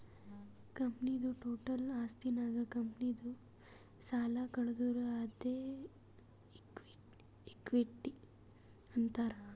ಕಂಪನಿದು ಟೋಟಲ್ ಆಸ್ತಿನಾಗ್ ಕಂಪನಿದು ಸಾಲ ಕಳದುರ್ ಅದ್ಕೆ ಇಕ್ವಿಟಿ ಅಂತಾರ್